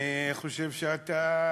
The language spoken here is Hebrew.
אני חושב שאתה,